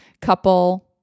couple